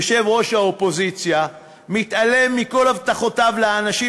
יושב-ראש האופוזיציה מתעלם מכל הבטחותיו לאנשים